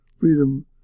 freedom